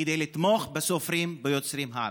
כדי לתמוך בסופרים וביוצרים הערבים.